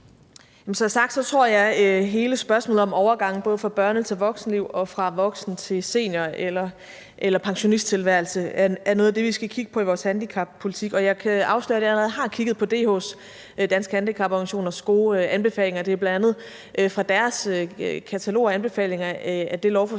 Som sagt tror jeg, at hele spørgsmålet om overgang, både fra børne- til voksenliv og fra voksenliv til senior- eller pensionisttilværelse, er noget af det, vi skal kigge på i vores handicappolitik. Jeg kan afsløre, at jeg allerede har kigget på DH's, Danske Handicaporganisationers, gode anbefalinger. Det er bl.a. fra deres katalog og anbefalinger, at det lovforslag,